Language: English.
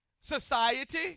society